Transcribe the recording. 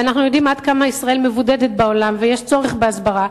ואנחנו יודעים עד כמה ישראל מבודדת בעולם ויש צורך בהסברה,